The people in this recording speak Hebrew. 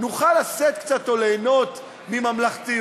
נוכל לשאת קצת, או ליהנות מממלכתיות.